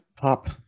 top